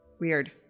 Weird